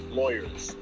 lawyers